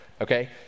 okay